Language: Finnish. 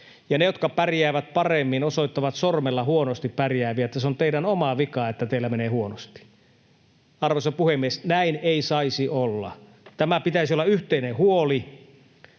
Ja ne, jotka pärjäävät paremmin, osoittavat sormella huonosti pärjääviä, että se on teidän oma vikanne, että teillä menee huonosti. Arvoisa puhemies! Näin ei saisi olla. Tämän pitäisi olla yhteinen huoli,